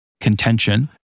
contention